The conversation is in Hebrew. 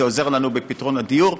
זה עוזר לנו בפתרון הדיור,